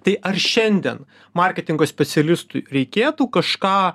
tai ar šiandien marketingo specialistui reikėtų kažką